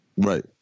Right